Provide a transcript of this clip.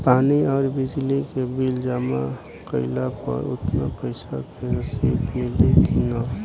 पानी आउरबिजली के बिल जमा कईला पर उतना पईसा के रसिद मिली की न?